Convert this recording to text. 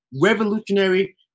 revolutionary